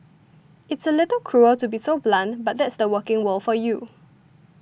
it's a little cruel to be so blunt but that's the working world for you